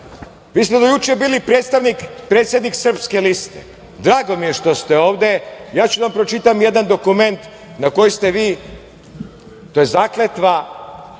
vi ste do juče bili predsednik Srpske liste. Drago mi je što ste ovde. Ja ću da vam pročitam jedan dokument na koji ste vi, to je zakletva